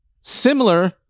similar